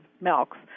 milks